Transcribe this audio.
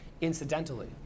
incidentally